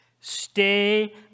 Stay